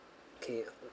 okay uh